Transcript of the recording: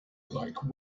like